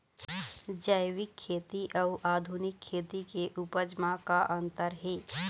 जैविक खेती अउ आधुनिक खेती के उपज म का अंतर हे?